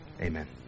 amen